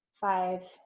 five